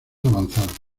avanzaron